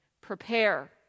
Prepare